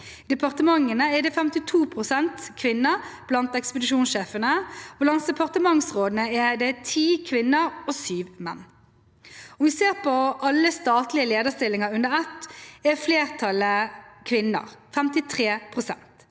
I departementene er det 52 pst. kvinner blant ekspedisjonssjefene, og blant departementsrådene er det ti kvinner og sju menn. Om vi ser på alle statlige lederstillinger under ett, er flertallet kvinner, 53 pst.